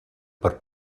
per